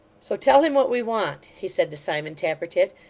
so, tell him what we want he said to simon tappertit,